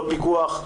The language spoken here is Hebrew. לא פיקוח,